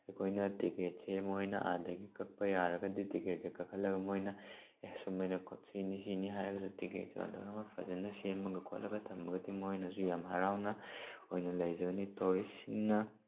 ꯑꯩꯈꯣꯏꯅ ꯇꯤꯀꯦꯠꯁꯦ ꯃꯈꯣꯏꯅ ꯑꯥꯗꯒꯤ ꯀꯛꯄ ꯌꯥꯔꯒꯗꯤ ꯇꯤꯀꯦꯠꯁꯦ ꯀꯛꯍꯜꯂꯒ ꯃꯣꯏꯅ ꯑꯦ ꯁꯨꯃꯥꯏꯅ ꯀꯛ ꯁꯤꯅꯤ ꯁꯤꯅꯤ ꯍꯥꯏꯔꯒꯁꯨ ꯇꯤꯀꯦꯠ ꯀꯥꯎꯟꯇꯔ ꯑꯃ ꯐꯖꯅ ꯁꯦꯝꯃꯒ ꯈꯣꯠꯂꯒ ꯊꯝꯃꯒꯗꯤ ꯃꯈꯣꯏꯅꯁꯨ ꯌꯥꯝ ꯍꯔꯥꯎꯅ ꯑꯣꯏꯅ ꯂꯩꯖꯒꯅꯤ ꯇꯣꯔꯤꯁꯁꯤꯡꯅ